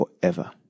forever